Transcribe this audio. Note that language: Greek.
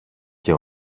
και